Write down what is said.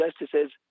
justices